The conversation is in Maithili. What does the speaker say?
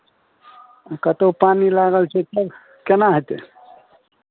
कतौ पानि लागल छै तब केना हेतै